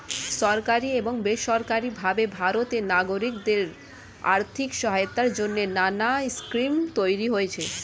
সরকারি এবং বেসরকারি ভাবে ভারতের নাগরিকদের আর্থিক সহায়তার জন্যে নানা স্কিম তৈরি হয়েছে